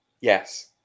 Yes